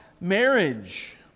marriage